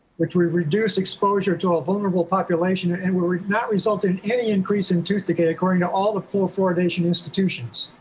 which we reduced exposure to a vulnerable population and will not resulting in any increase in tooth decay according to all the poor fluoridation institutions.